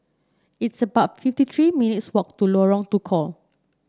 it's about fifty three minutes' walk to Lorong Tukol